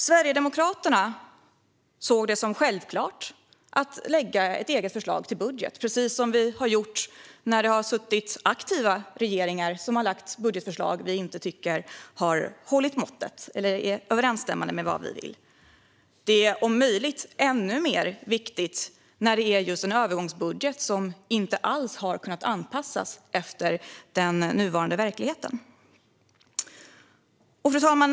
Sverigedemokraterna såg det som självklart att lägga fram ett eget förslag till budget, precis som vi har gjort när det har suttit aktiva regeringar som har lagt fram budgetförslag som vi inte tycker har hållit måttet eller är överensstämmande med vad vi vill. Det är om möjligt ännu mer viktigt när det är just en övergångsbudget som inte alls har kunnat anpassas efter den nuvarande verkligheten. Fru talman!